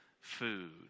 food